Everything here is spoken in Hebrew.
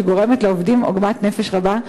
שגורמת לעובדים עוגמת נפש רבה,